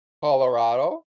Colorado